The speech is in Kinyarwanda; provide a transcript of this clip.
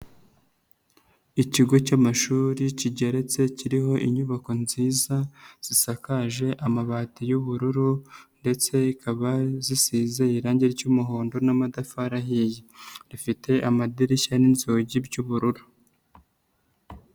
Ikigo cy'amashuri kigeretse kiriho inyubako nziza zisakaje amabati y'ubururu ndetse ikaba zisize irangi ry'umuhondo n'amatafari ahiye, rifite amadirishya n'inzugi by'ubururu.